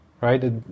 right